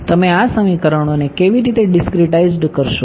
તમે આ સમીકરણોને કેવી રીતે ડીસ્ક્રીટાઈઝ કરશો